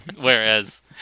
whereas